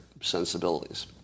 sensibilities